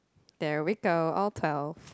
there we go all twelve